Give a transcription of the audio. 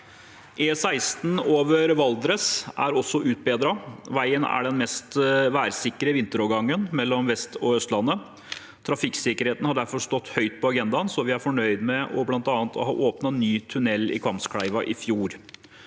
E16 over Valdres er også utbedret. Veien er den mest værsikre vinterovergangen mellom Vestlandet og Østlandet. Trafikksikkerheten har derfor stått høyt på agendaen, og vi er fornøyd med bl.a. å ha åpnet ny tunnel i Kvamskleiva i fjor.